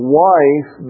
wife